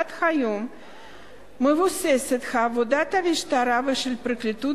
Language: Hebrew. עד היום מבוססת עבודת המשטרה והפרקליטות